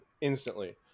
instantly